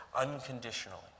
unconditionally